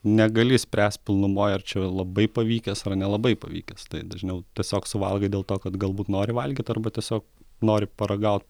negali spręst pilnumoj ar čia labai pavykęs ar nelabai pavykęs tai dažniau tiesiog suvalgai dėl to kad galbūt nori valgyt arba tiesiog nori paragaut